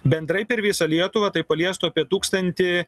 bendrai per visą lietuvą tai paliestų apie tūkstantį